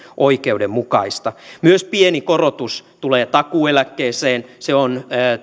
oikeudenmukaista myös pieni korotus tulee takuueläkkeeseen se on